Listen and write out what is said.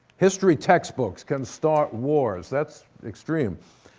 history textbooks can start wars. that's extreme.